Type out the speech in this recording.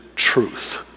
truth